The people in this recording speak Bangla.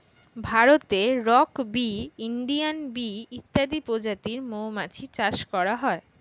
ভারতে রক্ বী, ইন্ডিয়ান বী ইত্যাদি প্রজাতির মৌমাছি চাষ করা হয়